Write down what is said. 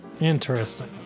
interesting